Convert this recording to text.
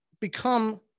become